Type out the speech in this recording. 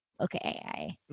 okay